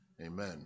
Amen